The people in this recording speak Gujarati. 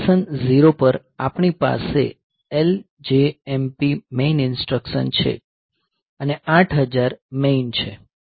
લોકેશન 0 પર આપણી પાસે LJMP મેઈન ઈન્સ્ટ્રકશન છે અને 8000 મેઈન છે